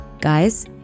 Guys